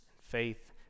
faith